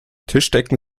tischdecken